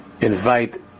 invite